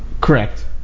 correct